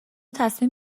تصمیم